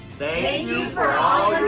thank you for all and